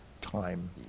time